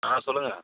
ஆ சொல்லுங்கள்